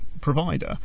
provider